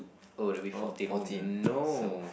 oh there will be fourteen oh no